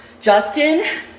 justin